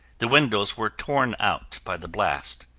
the windows were torn out by the blast.